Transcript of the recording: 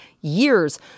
years